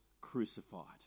crucified